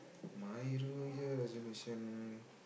my New Year resolution